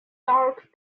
dark